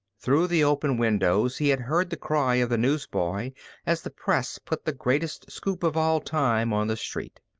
through the open windows he had heard the cry of the newsboy as the press put the greatest scoop of all time on the street.